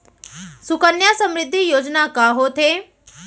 सुकन्या समृद्धि योजना का होथे